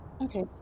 Okay